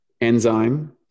enzyme